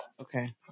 Okay